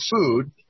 food